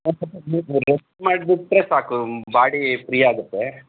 rest ಮಾಡಿಬಿಟ್ರೆ ಸಾಕು body ಫ್ರೀಯಾಗತ್ತೆ